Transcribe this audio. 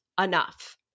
enough